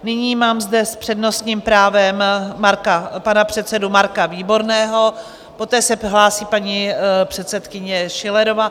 Nyní mám zde s přednostním právem pana předsedu Marka Výborného, poté se hlásí paní předsedkyně Schillerová.